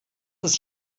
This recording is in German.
ist